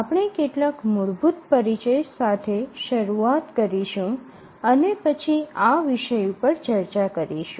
આપણે કેટલાક મૂળભૂત પરિચય સાથે શરૂઆત કરીશું અને પછી આ વિષય ઉપર ચર્ચા કરીશું